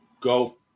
go